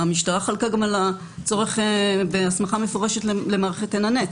המשטרה חלקה גם על הצורך בהסמכה מפורשת למערכת עין הנץ.